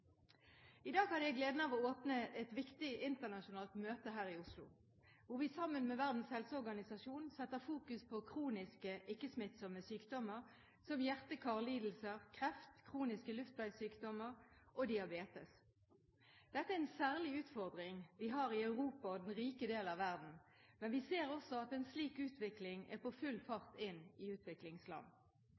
I dag hadde jeg gleden av å åpne et viktig internasjonalt møte her i Oslo, hvor vi sammen med Verdens helseorganisasjon fokuserer på kroniske ikke-smittsomme sykdommer, som hjerte- og karlidelser, kreft, kroniske luftveissykdommer og diabetes. Dette er en særlig utfordring vi har i Europa og den rike delen av verden, men vi ser også at en slik utvikling er på full fart inn i utviklingsland.